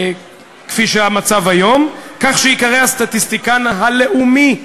כפי שהמצב היום, כך שייקרא הסטטיסטיקן הלאומי.